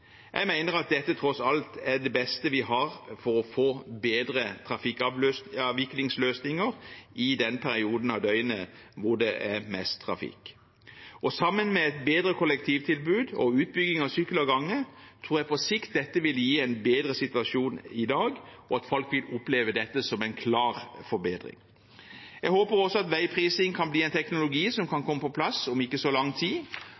Jeg mener at dette tross alt er det beste vi har for å få bedre trafikkavviklingsløsninger i den perioden av døgnet hvor det er mest trafikk. Sammen med et bedre kollektivtilbud og utbygging av sykkel- og gangvei, tror jeg dette på sikt vil gi en bedre situasjon enn i dag, og at folk vil oppleve dette som en klar forbedring. Jeg håper også at veiprising kan bli en teknologi som kan komme på plass om ikke så lang tid